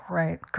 right